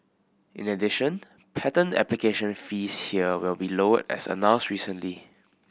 in addition patent application fees here will be lowered as announced recently